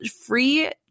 free